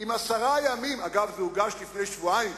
אם עשרה ימים, אגב, זה הוגש כבר לפני שבועיים,